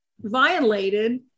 violated